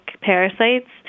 parasites